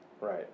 Right